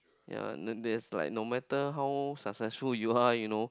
yea the there's like no matter how successful you are you know